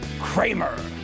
Kramer